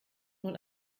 nun